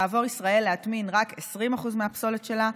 ישראל תעבור להטמין רק 20% מהפסולת שלה,